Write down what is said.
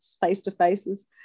face-to-faces